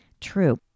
True